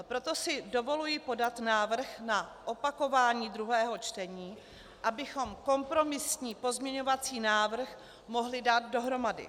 Proto si dovoluji podat návrh na opakování druhého čtení, abychom kompromisní pozměňovací návrh mohli dát dohromady.